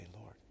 Lord